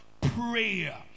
Prayer